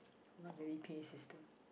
not very P_A system